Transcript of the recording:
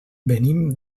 venim